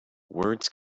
words